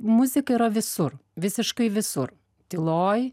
muzika yra visur visiškai visur tyloj